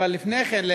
אבל לפני כן,